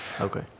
Okay